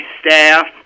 staff